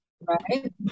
right